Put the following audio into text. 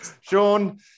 Sean